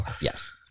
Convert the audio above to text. Yes